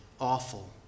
awful